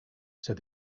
said